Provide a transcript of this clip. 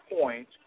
point